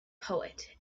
poet